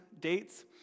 dates